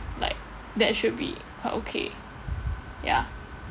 like that should be quite okay ya